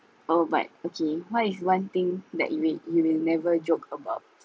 oh but okay what is one thing that you will you will never joke about